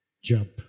Jump